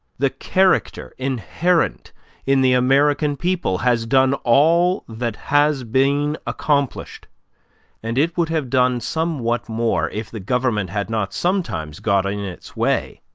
the character inherent in the american people has done all that has been accomplished and it would have done somewhat more, if the government had not sometimes got in its way.